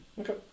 Okay